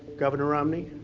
governor romney,